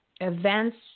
events